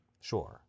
Sure